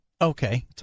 Okay